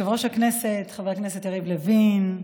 יושב-ראש הכנסת, חבר הכנסת יריב לוין,